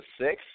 six